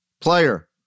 Player